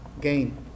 gain